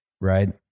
right